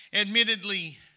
Admittedly